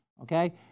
Okay